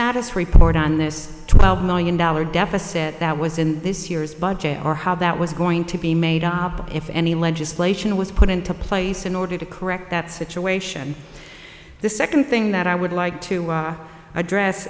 status report on this twelve million dollar deficit that was in this year's budget or how that was going to be made if any legislation was put into place in order to correct that situation the second thing that i would like to address